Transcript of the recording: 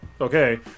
okay